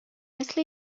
مثل